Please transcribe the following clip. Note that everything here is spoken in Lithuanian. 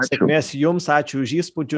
sėkmės jums ačiū už įspūdžius